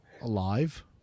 Alive